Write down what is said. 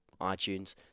iTunes